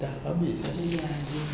dah habis eh